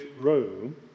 Rome